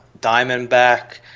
diamondback